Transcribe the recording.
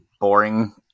boring